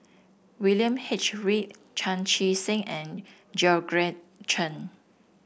William H Read Chan Chee Seng and Georgette Chen